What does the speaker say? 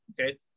Okay